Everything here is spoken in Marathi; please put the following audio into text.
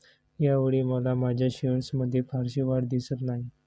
यावेळी मला माझ्या शेअर्समध्ये फारशी वाढ दिसत नाही